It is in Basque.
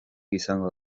izango